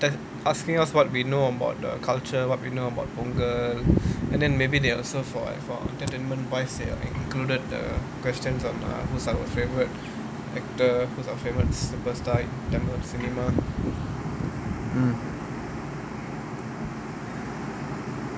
asking us what we know about the culture what we know about pongal and then maybe they also for entertainment wise they included the questions on who's your favourite actor who's your favourite super star tamil singer mm